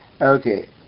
Okay